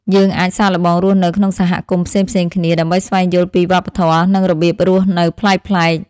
យើងអាចសាកល្បងរស់នៅក្នុងសហគមន៍ផ្សេងៗគ្នា ដើម្បីស្វែងយល់ពីវប្បធម៌ និងរបៀបរស់នៅប្លែកៗ។